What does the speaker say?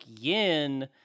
Yin